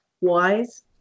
wise